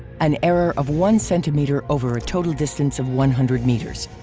an error of one centimeter over a total distance of one hundred meters.